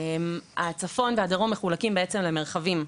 הצפון והדרום מחולקים למרחבים.